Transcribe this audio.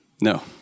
No